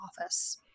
office